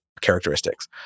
characteristics